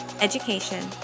education